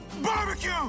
Barbecue